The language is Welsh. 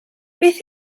beth